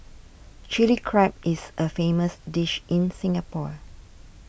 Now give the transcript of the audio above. Chilli Crab is a famous dish in Singapore